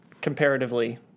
comparatively